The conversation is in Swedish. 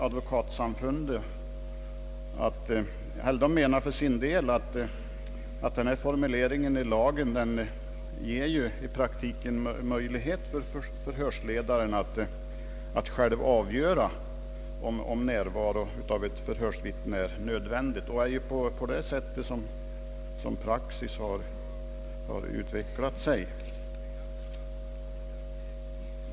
Advokatsamfundet menar dock för sin del att denna formulering av lagen ger möjlighet för förhörsledaren att själv avgöra om närvaro av ett förhörsvittne är nödvändig och att praxis har utvecklats på grundval härav.